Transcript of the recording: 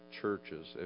churches